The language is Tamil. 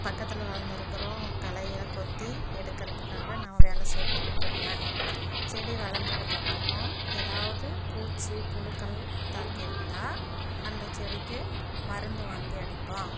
பக்கத்தில் வளர்ந்து இருக்குற களையலாம் கொத்தி எடுக்கிறத்துகாக நான் வேலை செய்கிறத்துக்கு போவேன் செடி வளர்ந்ததுக்கப்பறோம் ஏதாவது பூச்சி புழுக்கள் தாக்கியிருந்தா அந்த செடிக்கு மருந்து வாங்கி அடிப்போம்